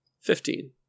Fifteen